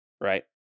right